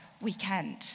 weekend